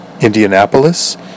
Indianapolis